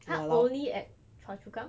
!huh! only at chua chu kang